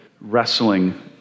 wrestling